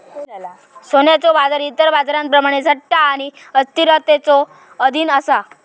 सोन्याचो बाजार इतर बाजारांप्रमाणेच सट्टा आणि अस्थिरतेच्यो अधीन असा